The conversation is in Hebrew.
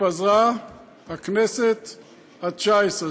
פוזרה הכנסת התשע-עשרה.